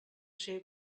ser